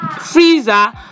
freezer